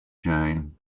john